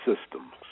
systems